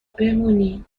بمونی